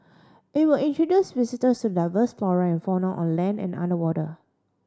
it will introduce visitors to the diverse flora and fauna on land and underwater